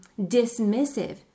dismissive